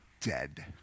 dead